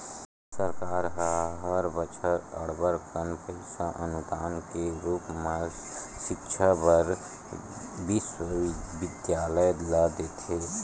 सरकार ह हर बछर अब्बड़ कन पइसा अनुदान के रुप म सिक्छा बर बिस्वबिद्यालय ल देथे